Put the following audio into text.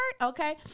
okay